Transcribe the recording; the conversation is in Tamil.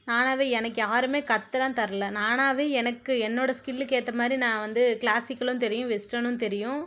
நானாவே எனக்கு யாருமே கற்றுலாம் தரல நானாவே எனக்கு என்னோடய ஸ்கில்லுக்கு ஏற்ற மாதிரி நான் வந்து கிளாசிக்கலும் தெரியும் வெஸ்டர்னும் தெரியும்